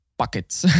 buckets